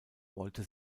wollte